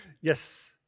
Yes